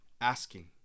asking